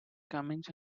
comings